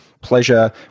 pleasure